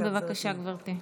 בבקשה, גברתי.